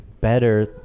better